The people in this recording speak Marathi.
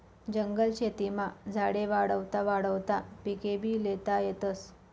जंगल शेतीमा झाडे वाढावता वाढावता पिकेभी ल्हेता येतस